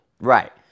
Right